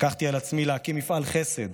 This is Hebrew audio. לקחתי על עצמי להקים מפעל חסד,